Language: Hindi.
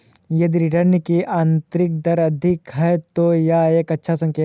यदि रिटर्न की आंतरिक दर अधिक है, तो यह एक अच्छा संकेत है